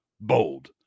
bold